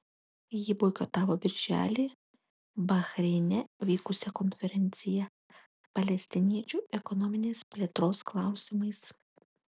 ji boikotavo birželį bahreine vykusią konferenciją palestiniečių ekonominės plėtros klausimais